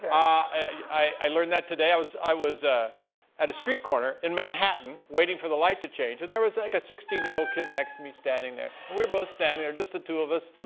i learned that today. i was i was ah at a street corner in manhattan waiting for the light to change. and there was like a sixteen year old kid next to me, standing there. we were both standing there just the two of us,